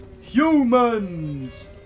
Humans